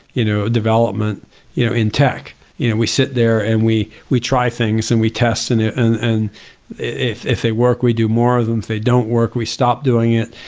you know, development you know in tech you know we sit there and we we try things and we test in it and and if if they work, we do more of them, if they don't work, we stop doing it,